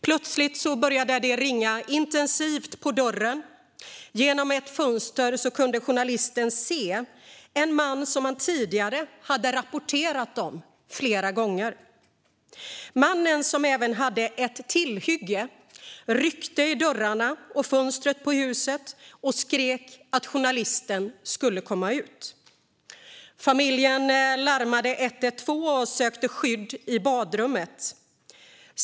Plötsligt började det ringa intensivt på dörren, och genom ett fönster kunde journalisten se en man han tidigare rapporterat om flera gånger. Mannen, som även hade ett tillhygge, ryckte i dörrarna och fönstren på huset och skrek att journalisten skulle komma ut. Familjen larmade 112 och sökte skydd i badrummet.